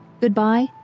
Goodbye